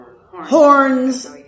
horns